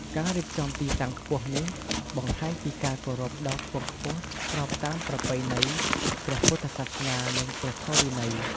ការរៀបចំទីតាំងខ្ពស់នេះ បង្ហាញពីការគោរពដ៏ខ្ពង់ខ្ពស់ ស្របតាមប្រពៃណីព្រះពុទ្ធសាសនា និងព្រះធម៌វិន័យ។